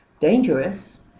dangerous